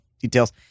details